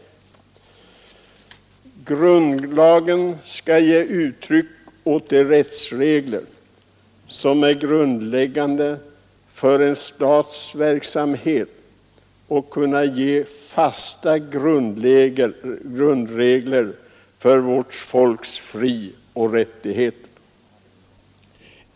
Grundlagen skall ge uttryck åt de rättsregler som är grundläggande för statens verksamhet och för vårt folks frioch rättigheter.